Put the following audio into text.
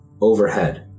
overhead